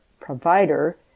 provider